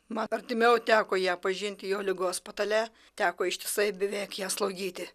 man artimiau teko ją pažinti jau ligos patale teko ištisai beveik ją slaugyti